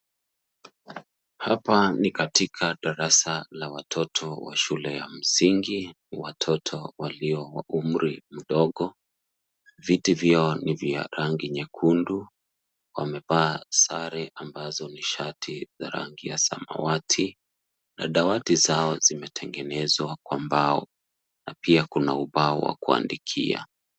Hapa ni katika darasa la watoto wa shule ya msingi. Ni watoto walio wa umri mdogo. Viti vyoo ni vya rangi nyekundu. Wamevaa sare ambazo ni shati za rangi ya samawati na dawati zao zimetengenezwa kwa mbao na pia kuna ubao wa kuandikia.